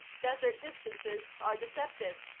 desert distances are deceptive.